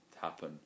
happen